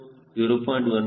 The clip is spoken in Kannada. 2 ಆದರೆ ಮತ್ತು ಸ್ಲೋಪ್ 0